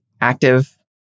active